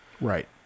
right